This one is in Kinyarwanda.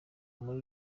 muri